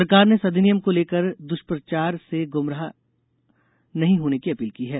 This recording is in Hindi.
सरकार ने इस अधिनियम को लेकर द्वष्प्रचार से गुमराह नहीं होने की अपील की है